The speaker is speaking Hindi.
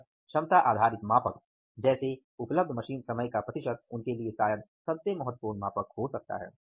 अतः क्षमता आधारित मापक जैसे उपलब्ध मशीन समय का प्रतिशत उनके लिए शायद सबसे महत्वपूर्ण हो सकता है